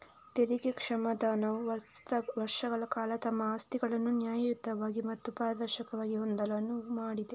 ತೆರಿಗೆ ಕ್ಷಮಾದಾನವು ವರ್ಷಗಳ ಕಾಲ ತಮ್ಮ ಆಸ್ತಿಗಳನ್ನು ನ್ಯಾಯಯುತವಾಗಿ ಮತ್ತು ಪಾರದರ್ಶಕವಾಗಿ ಹೊಂದಲು ಅನುವು ಮಾಡಿದೆ